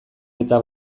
eta